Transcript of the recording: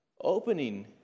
Opening